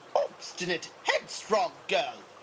obstinate, headstrong girl!